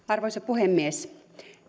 arvoisa puhemies